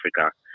Africa